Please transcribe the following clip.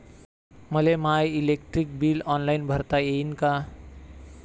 मले my electric bill online भरता येईन का?